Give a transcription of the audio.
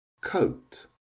coat